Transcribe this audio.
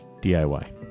DIY